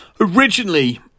originally